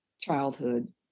childhood